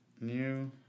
New